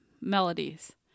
melodies